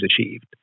achieved